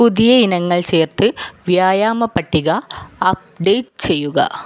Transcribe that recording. പുതിയ ഇനങ്ങൾ ചേർത്ത് വ്യായാമ പട്ടിക അപ്ഡേറ്റ് ചെയ്യുക